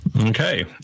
Okay